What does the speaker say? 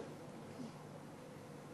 29. 29 שנה